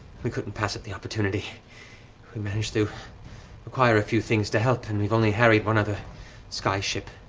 we couldn't pass up the opportunity. we managed to acquire a few things to help, and we've only harried one other skyship.